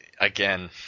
Again